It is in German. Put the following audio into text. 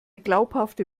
glaubhafte